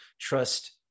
trust